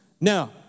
Now